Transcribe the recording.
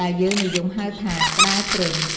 ដែលយើងនិយមហៅថា ក្ដារជ្រញ់។